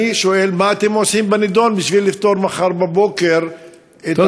אני שואל: מה אתם עושים בנדון כדי לפתור מחר בבוקר את הבעיה?